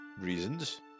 Reasons